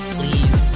please